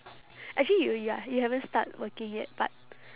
actually you ya you haven't start working yet but